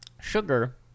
Sugar